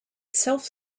self